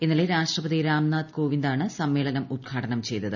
ഇന്നലെ രാഷ്ട്രപതി രാംനാഥ് കോവിന്ദാണ് സമ്മേളനം ഉദ്ഘാടനം ചെയ്തത്